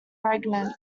regent